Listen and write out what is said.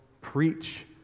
preach